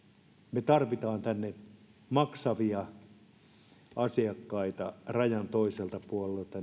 me tarvitsemme tänne maksavia asiakkaita rajan toiselta puolelta